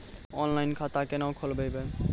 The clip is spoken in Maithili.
ऑनलाइन खाता केना खोलभैबै?